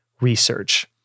research